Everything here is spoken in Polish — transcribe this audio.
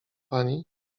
pani